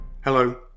Hello